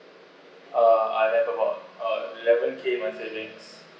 uh I have about uh eleven K my savings